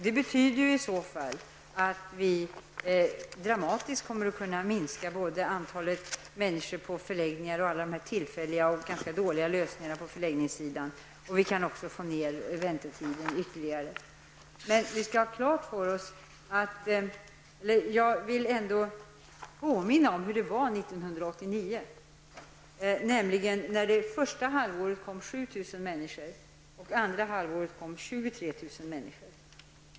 Det betyder att antalet människor på förläggningarna dramatiskt kan minskas och att de tillfälliga och ganska dåliga lösningarna på förläggningssidan kan upphöra. Väntetiderna kan då ytterligare minskas. Jag vill ändå påminna om hur det var 1989. Första halvåret kom det 7 000 människor och andra halvåret kom 23 000 människor.